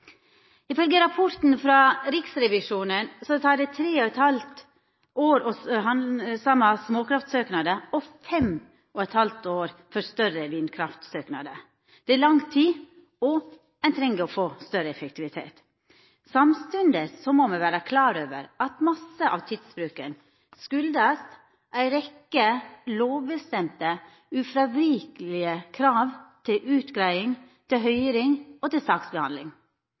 rapporten frå Riksrevisjonen tek det 3,5 år å behandla småkraftsøknader og 5,5 år for større vindkraftsøknadar. Det er lang tid, og ein treng å få større effektivitet. Samstundes må me vera klar over at mykje av tidsbruken skuldast ei rekkje lovbestemde, ufråvikelege krav til utgreiing, høyring og saksbehandling.